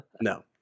No